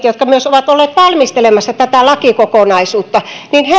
jotka myös ovat olleet valmistelemassa tätä lakikokonaisuutta